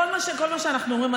בכל מה שאנחנו אומרים,